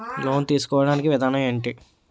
Loan తీసుకోడానికి విధానం ఏంటి?